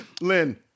Lynn